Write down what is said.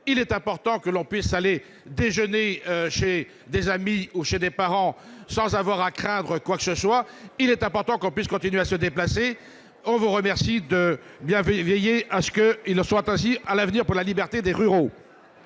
Il est important que l'on puisse aller déjeuner chez des amis ou chez des parents, sans avoir à craindre quoi que ce soit. Il est important que l'on puisse continuer à se déplacer. Nous vous remercions de veiller à ce qu'il en soit encore ainsi à l'avenir pour la liberté des ruraux